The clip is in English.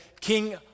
King